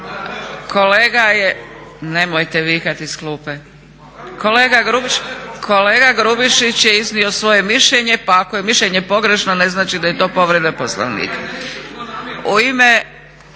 se./… Nemojte vikati iz klupe. Kolega Grubišić je iznio svoje mišljenje, pa ako je mišljenje pogrešno, ne znači da je to povreda Poslovnika.